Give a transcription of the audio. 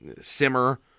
simmer